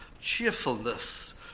cheerfulness